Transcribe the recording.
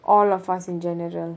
all of us in general